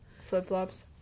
Flip-flops